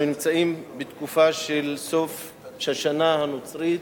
אנחנו נמצאים בתקופה של סוף השנה הנוצרית,